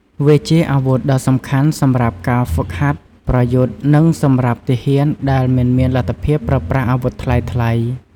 វាជាអាវុធដ៏សំខាន់សម្រាប់ការហ្វឹកហាត់ប្រយុទ្ធ និងសម្រាប់ទាហានដែលមិនមានលទ្ធភាពប្រើប្រាស់អាវុធថ្លៃៗ។